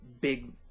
big